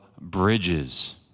bridges